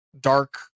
dark